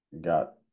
got